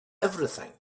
everything